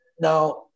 Now